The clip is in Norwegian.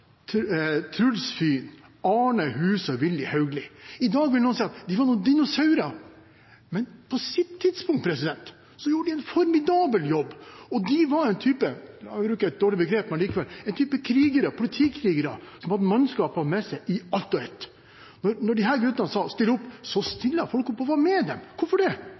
Arne Huuse og Willy Haugli. I dag vil noen si at de var noen dinosaurer, men på det tidspunktet gjorde de en formidabel jobb. De var – jeg bruker et dårlig begrep, men likevel – en type krigere, politikrigere, som hadde mannskapet med seg i ett og alt. Når disse guttene sa still opp, stilte folk opp og var med dem. Hvorfor det?